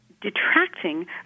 detracting